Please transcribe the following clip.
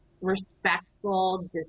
respectful